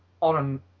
on